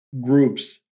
groups